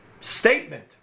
statement